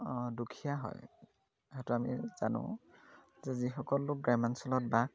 দুখীয়া হয় সেইটো আমি জানো যে যিসকল লোক গ্ৰাম্যাঞ্চলত বাস